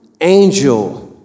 angel